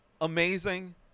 Amazing